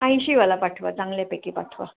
ऐंशीवाला पाठवा चांगल्यापैकी पाठवा